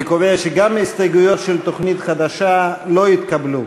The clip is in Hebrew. אני קובע שגם ההסתייגויות של תוכנית חדשה לא התקבלו.